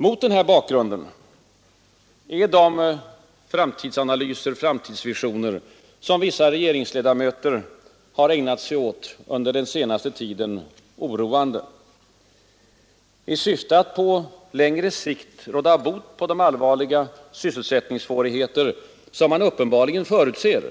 Mot denna bakgrund är de framtidsvisioner som vissa regeringsledamöter har ägnat sig åt under den senaste tiden oroande. I syfte att på längre sikt försöka råda bot på de allvarliga sysselsättningssvårigheter som man uppenbarligen förutser